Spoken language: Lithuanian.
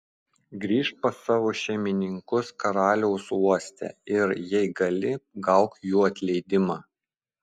grįžk pas savo šeimininkus karaliaus uoste ir jei gali gauk jų atleidimą